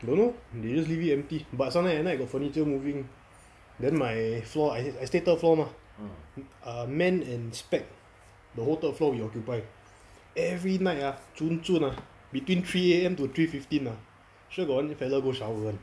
don't know they just leave it empty but sometimes at night got furniture moving then my floor I stay third floor mah err man and spec the whole third floor we occupied every night ah 准准啊 between three A_M to three fifteen ah sure got one fella go shower [one]